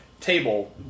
table